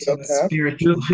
Spiritual